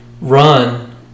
run